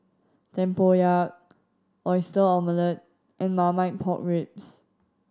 tempoyak Oyster Omelette and Marmite Pork Ribs